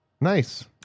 Nice